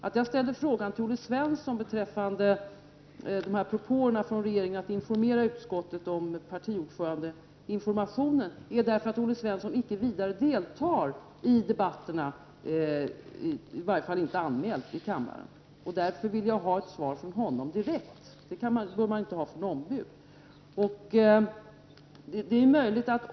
Att jag ställde frågan till Olle Svensson beträffande propåerna från regeringen att informera utskottet om partiordförandeinformationen, beror på att Olle Svensson icke vidare deltar i debatterna i kammaren. I varje fall är han inte anmäld. Därför vill jag ha ett svar från honom direkt. Det bör man inte få genom ombud.